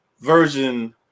version